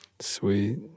Sweet